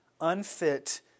unfit